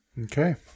Okay